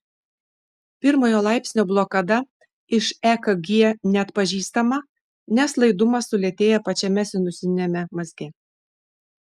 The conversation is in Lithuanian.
pirmojo laipsnio blokada iš ekg neatpažįstama nes laidumas sulėtėja pačiame sinusiniame mazge